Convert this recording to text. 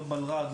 לא במלר"ד,